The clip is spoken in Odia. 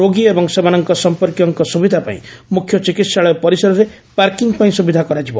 ରୋଗୀ ଏବଂ ସେମାନଙ୍କ ସମ୍ମର୍କୀୟଙ୍କ ସୁବିଧା ପାଇଁ ମୁଖ୍ୟ ଚିକିହାଳୟ ପରିସରରେ ପାର୍କିଂପାଇଁ ସୁବିଧା କରାଯିବ